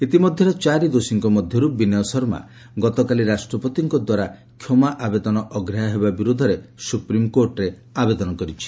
ଇତିମଧ୍ୟରେ ଚାରି ଦୋଷୀଙ୍କ ମଧ୍ୟରୁ ବିନୟ ଶର୍ମା ଗତକାଲି ରାଷ୍ଟ୍ରପତିଙ୍କ ଦ୍ୱାରା କ୍ଷମା ଆବେଦନ ଅଗ୍ରାହ୍ୟ ହେବା ବିରୋଧରେ ସୁପ୍ରିମକୋର୍ଟରେ ଆବେଦନ କରିଛି